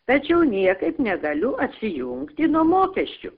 tačiau niekaip negaliu atsijungti nuo mokesčių